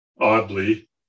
oddly